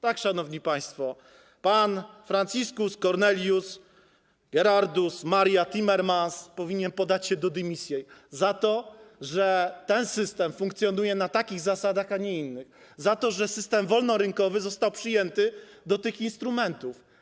Tak, szanowni państwo, pan Franciscus Cornelis Gerardus Maria Timmermans powinien podać się do dymisji za to, że ten system funkcjonuje na takich zasadach, a nie innych, za to, że system wolnorynkowy został przyjęty w przypadku tych instrumentów.